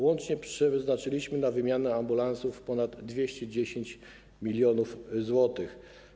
Łącznie przeznaczyliśmy na wymianę ambulansów ponad 210 mln zł.